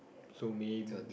so may